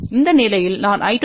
எந்த நிலையில் நான்I2 0